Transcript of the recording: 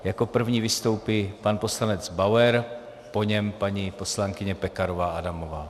Jako první vystoupí pan poslanec Bauer, po něm paní poslankyně Pekarová Adamová.